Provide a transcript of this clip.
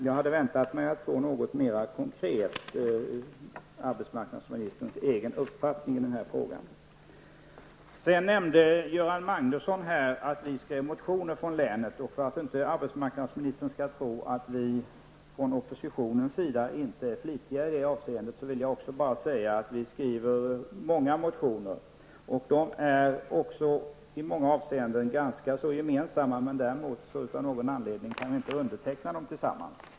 Jag hade väntat mig att mer konkret få höra arbetsmarknadsministerns egen uppfattning i frågan. Göran Magnusson säger att vi ledamöter från länet väckt motioner. För att inte arbetsmarknadsministern skall tro att vi från oppositionens sida inte är flitiga i det avseendet, vill jag säga att vi skriver många motioner. De är i många avseenden gemensamma, men av någon anledning kan vi inte underteckna dem tillsammans.